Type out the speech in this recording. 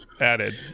added